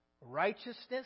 righteousness